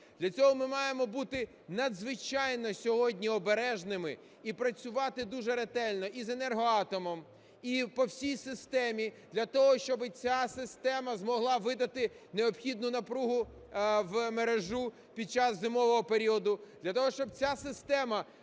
Для цього ми маємо бути надзвичайно сьогодні обережними і працювати дуже ретельно і з Енергоатомом, і по всій системі, для того щоби ця система змогла видати необхідну напругу в мережу під час зимового періоду, для того щоб ця система